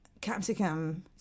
capsicum